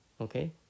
Okay